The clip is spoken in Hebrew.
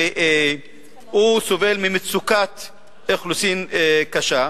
והוא סובל ממצוקת אוכלוסין קשה.